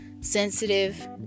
sensitive